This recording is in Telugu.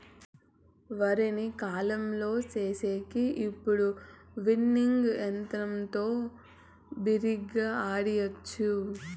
వరిని కల్లం చేసేకి ఇప్పుడు విన్నింగ్ యంత్రంతో బిరిగ్గా ఆడియచ్చు